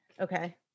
Okay